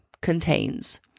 contains